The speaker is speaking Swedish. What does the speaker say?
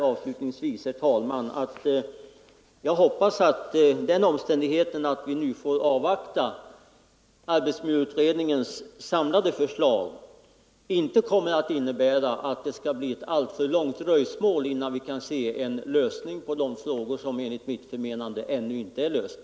Avslutningsvis vill jag uttrycka förhoppningen att den omständigheten att vi nu får avvakta arbetsmiljöutredningens samlade förslag inte kommer att innebära att det blir ett alltför långt dröjsmål innan vi kan se en lösning på de frågor som enligt mitt förmenande ännu inte är lösta.